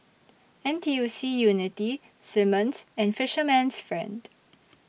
N T U C Unity Simmons and Fisherman's Friend